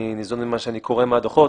אני ניזון ממה שאני קורא מהדוחות,